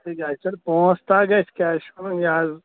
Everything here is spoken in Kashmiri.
پانٛژھ تام گژھِ کیٛاہ چھِ ونان یہِ حظ